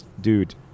dude